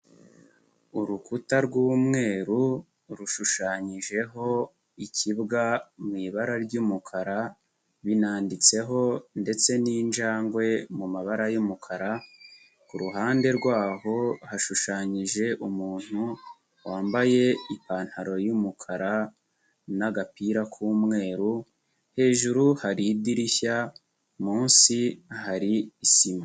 Urukuta rw'umweru rushushanyijeho ikibwa mu ibara ry'umukara binanditseho ndetse n'injangwe mu mabara y'umukara, ku ruhande rw'aho hashushanyije umuntu wambaye ipantaro y'umukara n'agapira k'umweru, hejuru hari idirishya munsi hari isima.